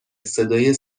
صدای